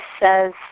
says